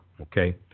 okay